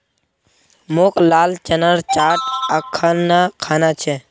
मोक लाल चनार चाट अखना खाना छ